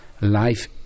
life